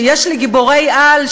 שיש לגיבורי על,